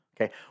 okay